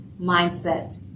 mindset